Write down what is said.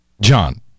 John